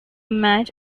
met